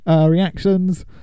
reactions